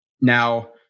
Now